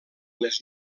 les